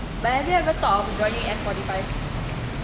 but have you ever thought of joining F forty five